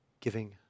giving